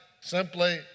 simply